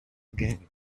again